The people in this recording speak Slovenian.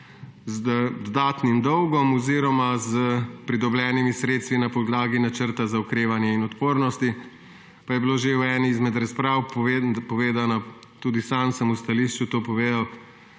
z dodatnim dolgom oziroma s pridobljenimi sredstvi na podlagi Načrta za okrevanje in odpornost. Pa je bilo že v eni izmed razprav povedano, tudi sam sem v stališču to povedal,